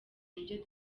mubyo